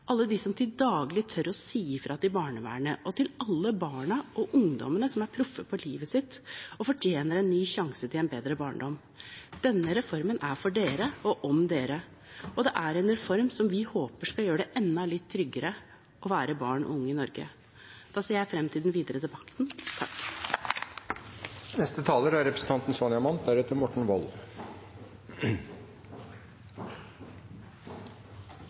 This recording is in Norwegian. alle dem som til daglig tør å si fra til barnevernet – og til alle barna og ungdommene, som er proffe på livet sitt og fortjener en ny sjanse til en bedre barndom. Denne reformen er for dere og om dere – og det er en reform som vi håper skal gjøre det enda litt tryggere å være barn og ung i Norge. Jeg ser frem til den videre debatten.